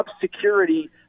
security